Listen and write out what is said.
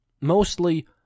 Mostly